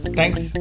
Thanks